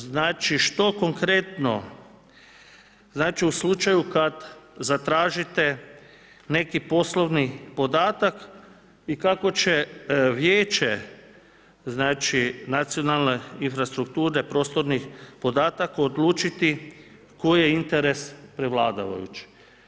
Znači, što konkretno znači u slučaju, kad zatražite neki poslovni podatak i kako će vijeće, znači nacionalne infrastrukture prostornih podataka odlučiti koje interes prevladalo jučer.